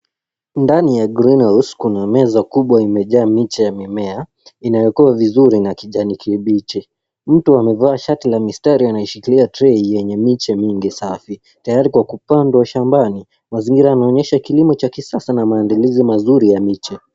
Ndani ya greenhouse kuna meza kubwa imejaa miche ya mimea inayokua vizuri na kijani kibichi. Mtu amevaa shati la mistari anaishikilia tray yenye miche mingi safi tayari kwa kupandwa shambani. Mazingira yanaonyesha kilimo cha kisasa na maandalizi mazuri ya miche.